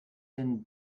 denn